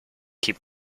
keep